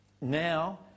now